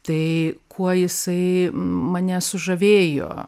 tai kuo jisai mane sužavėjo